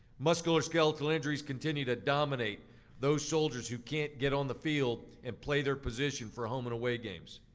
musculoskeletal injuries continue to dominate those soldiers who can't get on the field and play their position for home and away games.